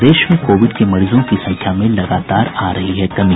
प्रदेश में कोविड के मरीजों की संख्या में लगातार आ रही है कमी